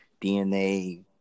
DNA